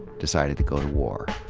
decided to go to war.